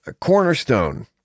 Cornerstone